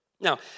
Now